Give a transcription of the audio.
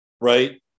right